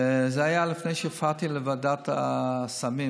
וזה היה לפני שהופעתי בוועדת הסמים